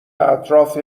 اطراف